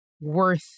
worth